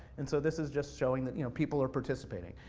and so this is just showing that you know people are participating.